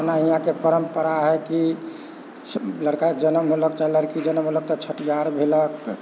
अपना यहाँके परम्परा हइ कि लड़का जनम भेलक चाहे लड़की जनम भेलक तऽ छठिआर भेलक